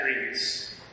dreams